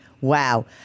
Wow